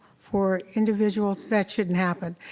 for individuals, that shouldn't happen.